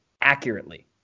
accurately